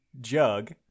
jug